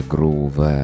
Groove